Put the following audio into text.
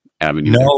avenue